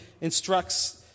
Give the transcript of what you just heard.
instructs